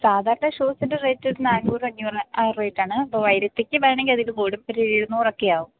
സാധാരണ ഷൂസിൻ്റെ റേറ്റ് ഒരു നാനൂറ് അഞ്ഞൂറ് ആ റേറ്റാണ് അപ്പോൾ വരുത്തിക്കുവാണെങ്കിൽ അതിൽ കൂടും ഒരു ഇരുന്നൂറൊക്കെ ആകും